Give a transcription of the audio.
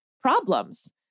problems